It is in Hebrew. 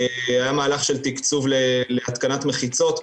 היה מהלך של תקצוב להתקנת מחיצות.